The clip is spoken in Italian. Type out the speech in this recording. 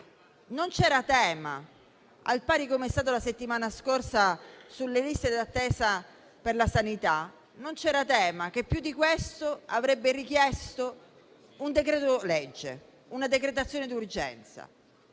Non c'era tema - com'è stato la settimana scorsa sulle liste d'attesa per la sanità - che più di questo avrebbe richiesto una decretazione d'urgenza,